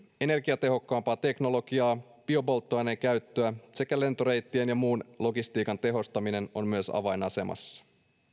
energiatehokkaampaa teknologiaa biopolttoaineen käyttöä myös lentoreittien ja muun logistiikan tehostaminen on avainasemassa